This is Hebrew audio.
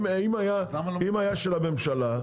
אם היה של הממשלה,